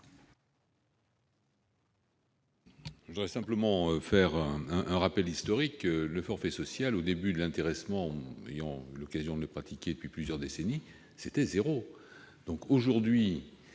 Je veux simplement faire un rappel historique. Le forfait social, à l'origine de l'intéressement- j'ai eu l'occasion de le pratiquer depuis plusieurs décennies -, c'était zéro.